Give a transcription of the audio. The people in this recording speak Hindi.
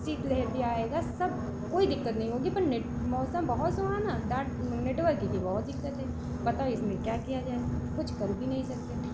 शीत लहर भी आएगा सब कोई दिक्कत नहीं होगी पर नेट मौसम बहुत सुहाना नेटवर्क की बहुत दिक्कत है बताओ इसमें क्या किया जाए कुछ कर भी नहीं सकते